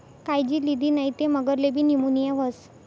कायजी लिदी नै ते मगरलेबी नीमोनीया व्हस